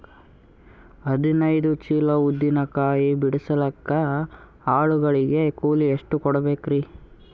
ಹದಿನೈದು ಚೀಲ ಉದ್ದಿನ ಕಾಯಿ ಬಿಡಸಲಿಕ ಆಳು ಗಳಿಗೆ ಕೂಲಿ ಎಷ್ಟು ಕೂಡಬೆಕರೀ?